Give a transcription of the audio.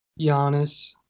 Giannis